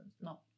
No